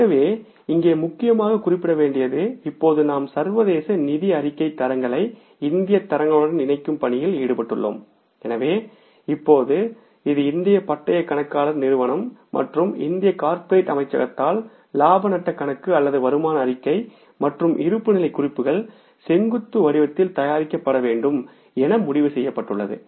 எனவே இங்கே முக்கியமாக குறிப்பிட வேண்டியது இப்போது நாம் சர்வதேச நிதி அறிக்கை தரங்களை இந்திய தரங்களுடன் இணைக்கும் பணியில் ஈடுபட்டுள்ளோம் எனவே இப்போது இது இந்திய பட்டய கணக்காளர் நிறுவனம் மற்றும் இந்திய கார்ப்பரேட் அமைச்சகத்தால் இலாப நட்ட கணக்கு அல்லது வருமான அறிக்கை மற்றும் இருப்புநிலைககுறிப்புகள் செங்குத்து வடிவத்தில் தயாரிக்கப்படவேண்டும் என முடிவு செய்யப்பட்டுள்ளது